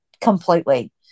completely